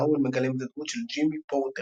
האוול מגלם את הדמות של ג'ימי פורטר